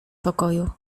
pokoju